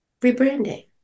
rebranding